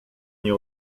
nie